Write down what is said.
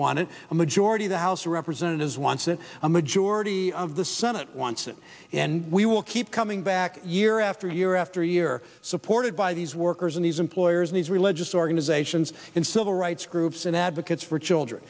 it a majority the house of representatives wants it a majority of the senate wants it and we will keep coming back year after year after year supported by these workers and these employers these religious organizations and civil rights groups and advocates for children